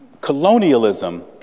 colonialism